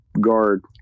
guard